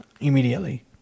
immediately